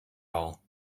all